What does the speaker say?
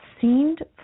seemed